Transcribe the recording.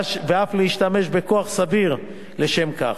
ואף להשתמש בכוח סביר לשם כך,